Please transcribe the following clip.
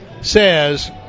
says